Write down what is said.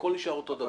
הכול נשאר אותו דבר,